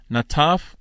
Nataf